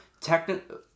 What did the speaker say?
technically